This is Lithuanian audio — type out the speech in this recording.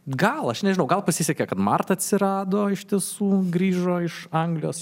gal aš nežinau gal pasisekė kad marta atsirado iš tiesų grįžo iš anglijos